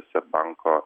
seb banko